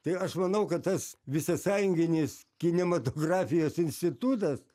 tai aš manau kad tas visasąjunginis kinematografijos institutas